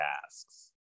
tasks